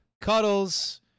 cuddles